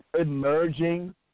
emerging